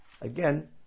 again